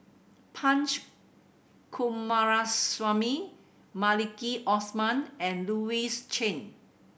Punch Coomaraswamy Maliki Osman and Louis Chen